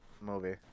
movie